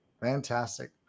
Fantastic